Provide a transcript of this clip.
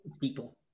people